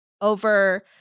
over